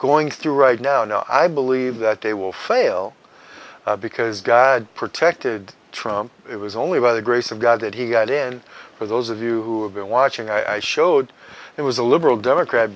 going through right now no i believe that they will fail because god protected trump it was only by the grace of god that he got in for those of you who have been watching i showed it was a liberal democrat